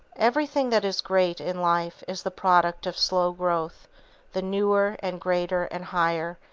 everything that is great in life is the product of slow growth the newer, and greater, and higher,